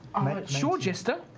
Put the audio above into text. sure, jester!